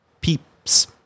peeps